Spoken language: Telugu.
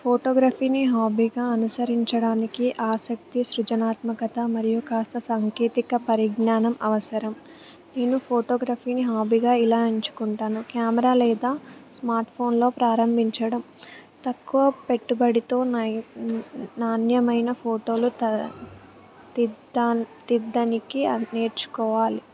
ఫోటోగ్రఫీని హాబీగా అనుసరించడానికి ఆసక్తి సృజనాత్మకత మరియు కాస్త సాంకేతిక పరిజ్ఞానం అవసరం నేను ఫోటోగ్రఫీని హాబీగా ఇలా ఎంచుకుంటాను కెమెరా లేదా స్మార్ట్ఫోన్లో ప్రారంభించడం తక్కువ పెట్టుబడితో నాణ్యమైన ఫోటోలు తీయడానికి నేర్చుకోవాలి